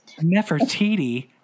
Nefertiti